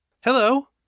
Hello